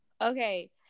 Okay